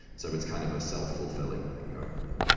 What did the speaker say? so it's kind of a self fulfilling thing going on there.